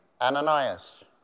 Ananias